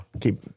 Keep